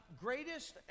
greatest